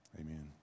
amen